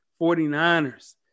49ers